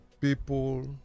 people